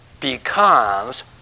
Becomes